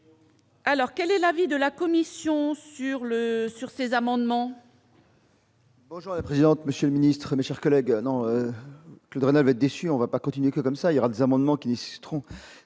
Alors quel est l'avis de la commission sur le sur ces amendements. Bonjour la présidente, monsieur le Ministre, mes chers collègues, un an, le drame avait déçu, on va pas continuer comme ça, il y aura des amendements qui nécessiteront